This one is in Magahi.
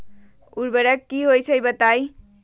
उर्वरक की होई छई बताई?